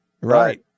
Right